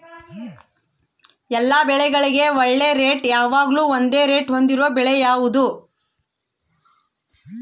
ಎಲ್ಲ ಬೆಳೆಗಳಿಗೆ ಒಳ್ಳೆ ರೇಟ್ ಯಾವಾಗ್ಲೂ ಒಂದೇ ರೇಟ್ ಹೊಂದಿರುವ ಬೆಳೆ ಯಾವುದು?